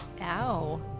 Ow